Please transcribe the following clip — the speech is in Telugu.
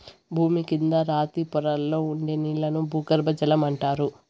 భూమి కింద రాతి పొరల్లో ఉండే నీళ్ళను భూగర్బజలం అంటారు